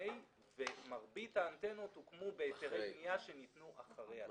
לפני התמ"א אולם מרבית האנטנות הוקמו בהיתרי בנייה שניתנו אחרי התמ"א.